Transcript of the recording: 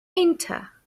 enter